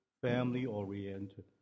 family-oriented